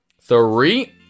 Three